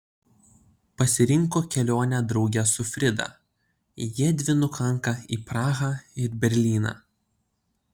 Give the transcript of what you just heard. pasirinko kelionę drauge su frida jiedvi nukanka į prahą ir berlyną